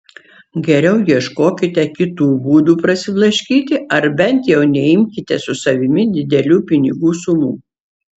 geriau ieškokite kitų būdų prasiblaškyti ar bent jau neimkite su savimi didelių pinigų sumų